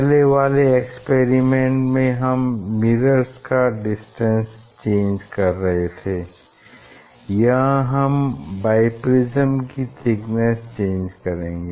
पहले वाले एक्सपेरिमेंट में हम मिरर्स का डिस्टेंस चेंज कर रहे थे यहाँ हम बाइप्रिज्म की थिकनेस चेंज करेंगे